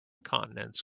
continents